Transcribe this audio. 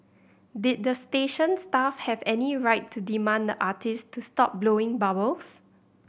did the station staff have any right to demand the artist to stop blowing bubbles